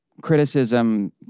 criticism